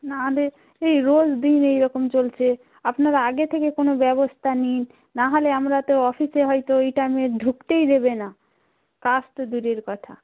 নাহলে সেই রোজ দিন এই রকম চলছে আপনার আগে থেকে কোনো ব্যবস্থা নেই নাহলে আমরা তো অফিসে হয়তো ওই টাইমে ঢুকতেই দেবে না কাজ তো দূরের কথা